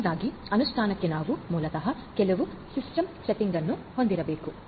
ಮೊದಲನೆಯದಾಗಿ ಅನುಷ್ಠಾನಕ್ಕಾಗಿ ನಾವು ಮೂಲತಃ ಕೆಲವು ಸಿಸ್ಟಮ್ ಸೆಟ್ಟಿಂಗ್ಗಳನ್ನು ಹೊಂದಿರಬೇಕು